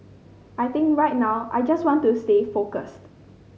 I think right now I just want to stay focused